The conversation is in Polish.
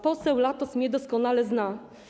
Poseł Latos mnie doskonale zna.